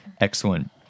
excellent